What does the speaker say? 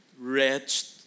wretched